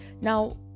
now